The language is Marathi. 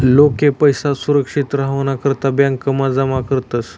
लोके पैसा सुरक्षित रावाना करता ब्यांकमा जमा करतस